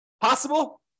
Possible